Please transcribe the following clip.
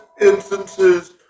instances